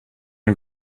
and